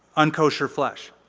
unkosher flesh.